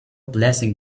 blessing